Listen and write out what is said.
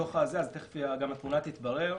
אז תיכף גם התמונה תתברר.